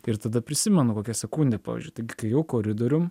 ir tada prisimenu kokią sekundę pavyzdžiui tai kai ėjau koridorium